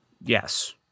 Yes